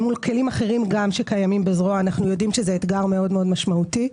מול כלים אחרים שקיימים בזרוע זה אתגר מאוד משמעותי,